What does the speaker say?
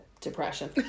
depression